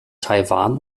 taiwan